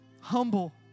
Humble